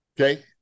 okay